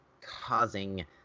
causing